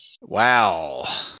Wow